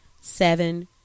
seven